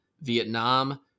Vietnam